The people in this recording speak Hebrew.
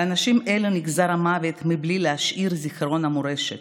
על האנשים האלה נגזר המוות בלי להשאיר זיכרון ומורשת.